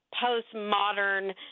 post-modern